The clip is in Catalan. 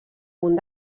munt